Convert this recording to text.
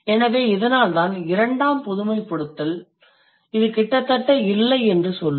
எனவே இதனால்தான் இரண்டாம் பொதுமைப்படுத்தல் இது கிட்டத்தட்ட இல்லை என்று சொல்லும்